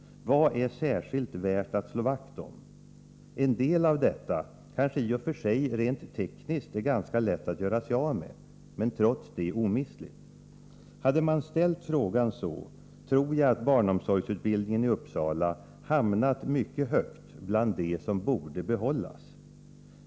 Vad är särskilt värt att slå vakt om? En del av detta kanske i och för sig rent tekniskt är ganska lätt att göra sig av med — men trots det omistligt. Hade man ställt frågan så, tror jag att barnomsorgsutbildningen i Uppsala hade hamnat mycket högt bland det som borde behållas.